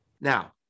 Now